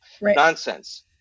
nonsense